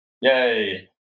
Yay